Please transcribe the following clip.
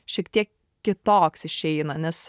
šiek tiek kitoks išeina nes